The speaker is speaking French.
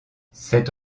cette